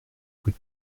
coup